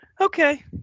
Okay